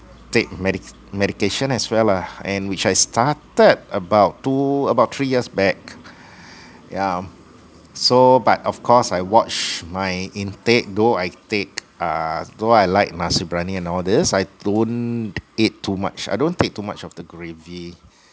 take medic~ medication as well lah and which is started about two about three years back yeah so but of course I watch my intake though I take uh though I like nasi briyani and all these I don't eat too much I don't take too much of the gravy